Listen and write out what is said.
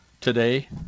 today